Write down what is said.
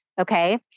okay